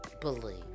believe